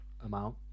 amount